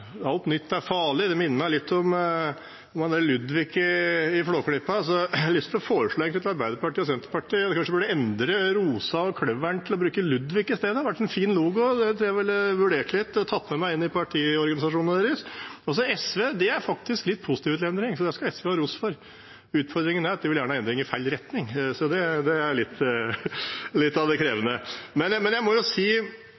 Det minner meg litt om Ludvig i Flåklypa. Så jeg har egentlig lyst til å foreslå for Arbeiderpartiet og Senterpartiet at de kanskje burde endre rosen og kløveren og bruke Ludvig i stedet. Det hadde vært en fin logo. Det tror jeg at jeg ville vurdert litt og tatt med meg inn i partiorganisasjonene deres. SV er faktisk litt positive til endring, så det skal SV ha ros for. Utfordringen er at de gjerne vil ha endring i feil retning, så det er litt av det